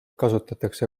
kasutatakse